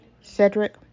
Cedric